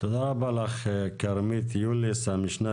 תודה רבה לך כרמית יוליס, המשנה